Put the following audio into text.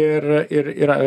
ir ir yra